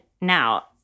now